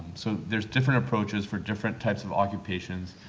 so, there are different approaches for different types of occupations.